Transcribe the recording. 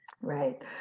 Right